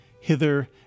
hither